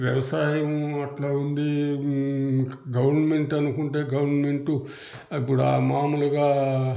వ్యవసాయం అట్లా ఉంది గవర్నమెంట్ అనుకుంటే గవర్నమెంటు ఇప్పుడా మాములుగా